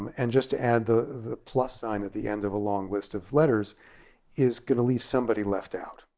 and just to add the the plus sign at the end of a long list of letters is going to leave somebody left out,